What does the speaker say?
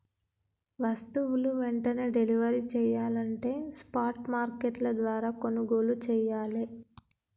వస్తువులు వెంటనే డెలివరీ చెయ్యాలంటే స్పాట్ మార్కెట్ల ద్వారా కొనుగోలు చెయ్యాలే